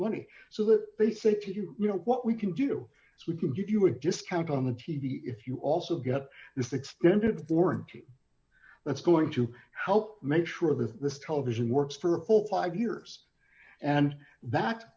money so that basically you know what we can do is we can give you a just count on the t v if you also get this extended warranty that's going to help make sure that this television works for a full five years and that